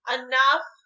enough